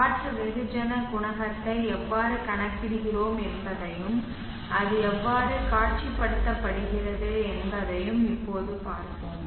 காற்று வெகுஜன குணகத்தை எவ்வாறு கணக்கிடுகிறோம் என்பதையும் அது எவ்வாறு காட்சிப்படுத்தப்படுகிறது என்பதையும் இப்போது பார்ப்போம்